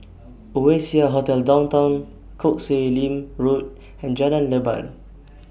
Oasia Hotel Downtown Koh Sek Lim Road and Jalan Leban